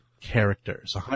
characters